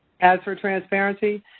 as for transparency,